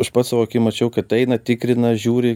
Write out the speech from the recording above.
aš pats savo akim mačiau kad eina tikrina žiūri